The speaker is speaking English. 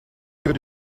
good